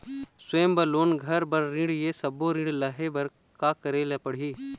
स्वयं बर लोन, घर बर ऋण, ये सब्बो ऋण लहे बर का का करे ले पड़ही?